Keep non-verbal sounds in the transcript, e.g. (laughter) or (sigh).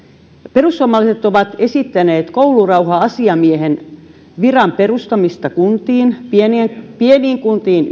perussuomalaiset ovat esittäneet koulurauha asiamiehen viran perustamista kuntiin pieniin pieniin kuntiin (unintelligible)